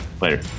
Later